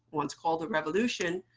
once called the revolution,